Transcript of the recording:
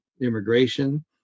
immigration